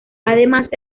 además